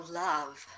love